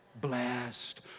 Blessed